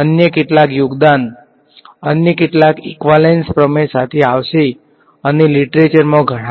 અન્ય કેટલાક યોગદાન અન્ય કેટલાક ઈકવાલેંસ પ્રમેય સાથે આવશે અને લીટરેચરમાં ઘણા છે